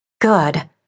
Good